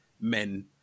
men